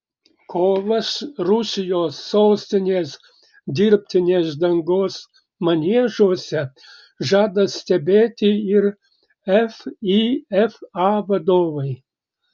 kovas rusijos sostinės dirbtinės dangos maniežuose žada stebėti ir fifa vadovai